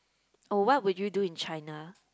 or what we will you do in China